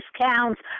discounts